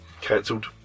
cancelled